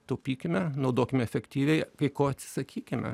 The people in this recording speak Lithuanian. taupykime naudokime efektyviai kai ko atsisakykime